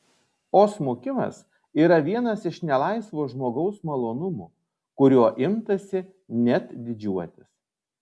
o smukimas yra vienas iš nelaisvo žmogaus malonumų kuriuo imtasi net didžiuotis